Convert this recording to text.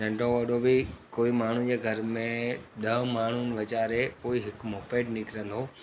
नंढो वॾो बि कोई माण्हू जे घर में ॾह माण्हू वीचारे कोई हिकु मूं पेटु निकिरंदो